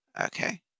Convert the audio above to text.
Okay